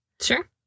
Sure